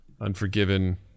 Unforgiven